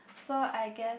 so I guess